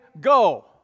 go